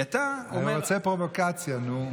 הוא רוצה פרובוקציה, נו.